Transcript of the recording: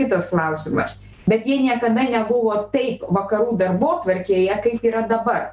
kitas klausimas bet jie niekada nebuvo taip vakarų darbotvarkėje kaip yra dabar